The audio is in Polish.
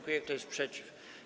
Kto jest przeciw?